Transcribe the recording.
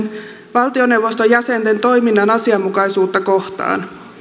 valtioneuvoston jäsenten toiminnan asianmukaisuutta kohtaan